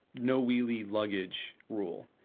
no wheelie luggage rule.